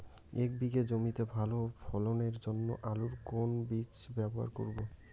এক বিঘে জমিতে ভালো ফলনের জন্য আলুর কোন বীজ ব্যবহার করব?